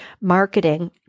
Marketing